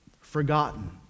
Forgotten